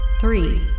Three